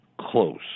close